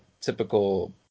Typical